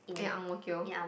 ya Ang-Mo-Kio